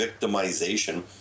victimization